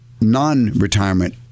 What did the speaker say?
non-retirement